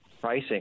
pricing